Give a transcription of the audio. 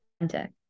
authentic